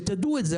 שתדעו את זה.